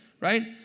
Right